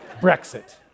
Brexit